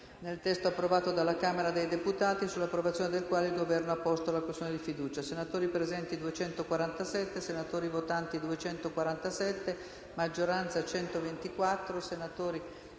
nel testo approvato dalla Camera dei deputati, sull'approvazione del quale il Governo ha posto la questione di fiducia: